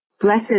Blessed